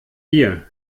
dir